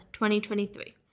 2023